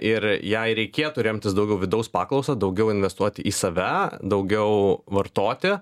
ir jei reikėtų remtis daugiau vidaus paklausa daugiau investuoti į save daugiau vartoti